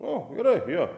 o gerai jo